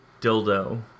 dildo